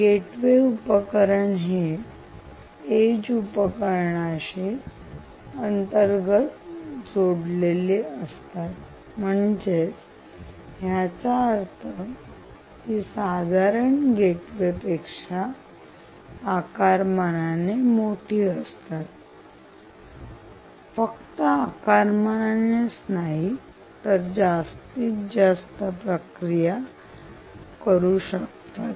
gateway उपकरणे हे edge EDGE उपकरणाची अंतर्गत जोडलेली असतात म्हणजेच याचा अर्थ ती साधारण गेटवे पेक्षा आकारमानाने मोठी असते फक्त आकारमानानेच नाही तर जास्त माहिती प्रक्रिया करू शकतात